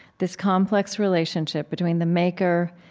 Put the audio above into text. this complex relationship between the maker,